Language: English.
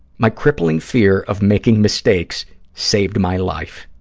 my crippling fear of making mistakes saved my life.